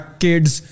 kid's